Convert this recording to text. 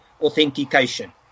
authentication